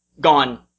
gone